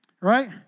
Right